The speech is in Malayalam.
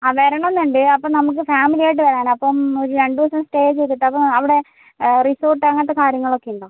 ആ വരണം എന്നുണ്ട് അപ്പം നമുക്ക് ഫാമിലി ആയിട്ട് വരാനാണ് അപ്പം ഒരു രണ്ട് ദിവസം സ്റ്റേ ചെയ്തിട്ട് അപ്പം അവിടെ റിസോർട്ട് അങ്ങനത്തെ കാര്യങ്ങൾ ഒക്കെ ഉണ്ടോ